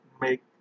make